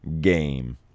game